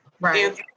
Right